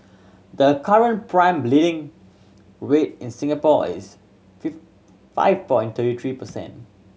the current prime lending rate in Singapore is five point thirty three percent